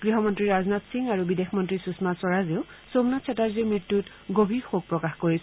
গৃহমন্ত্ৰী ৰাজনাথ সিং আৰু বিদেশমন্ত্ৰী সুষমা স্বৰাজেও সোমনাথ চেটাৰ্জীৰ মৃত্যুত গভীৰ শোক প্ৰকাশ কৰিছে